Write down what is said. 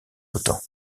autant